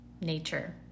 nature